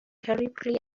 terribly